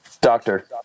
doctor